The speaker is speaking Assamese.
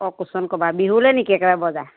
অঁ কুচোন ক'ভাৰ বিহুলে নিকি একেবাৰে বজাৰ